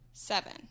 Seven